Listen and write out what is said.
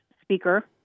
speaker